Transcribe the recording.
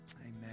Amen